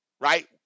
right